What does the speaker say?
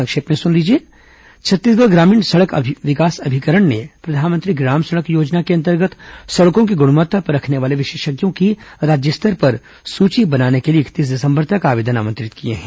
संक्षिप्त समाचार छत्तीसगढ़ ग्रामीण सड़क विकास अभिकरण ने प्रधानमंत्री ग्राम सड़क योजना के अंतर्गत सड़कों की ग्णवत्ता परखने वाले विशेषज्ञों की राज्य स्तर पर सूची बनाने के लिए इकतीस दिसंबर तक आवेदन आमंत्रित किए हैं